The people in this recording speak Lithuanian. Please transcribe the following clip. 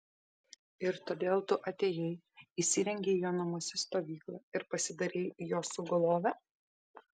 ir todėl tu atėjai įsirengei jo namuose stovyklą ir pasidarei jo sugulove